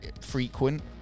Frequent